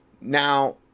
Now